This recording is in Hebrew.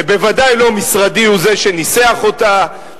ובוודאי לא משרדי הוא זה שניסח אותה,